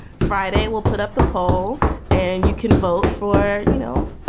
friday, we'll put up the poll and you can vote for, you know,